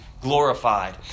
Glorified